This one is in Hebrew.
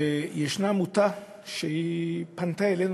ויש עמותה שפנתה אלינו,